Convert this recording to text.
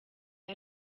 aya